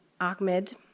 Ahmed